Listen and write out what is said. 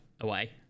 away